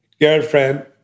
girlfriend